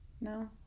No